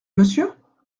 monsieur